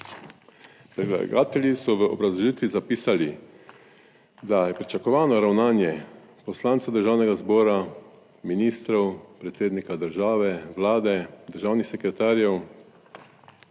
Predlagatelji so v obrazložitvi zapisali, da je pričakovano ravnanje poslancev Državnega zbora, ministrov, predsednika države, Vlade, državnih sekretarjev